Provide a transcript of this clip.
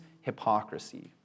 hypocrisy